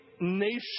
nation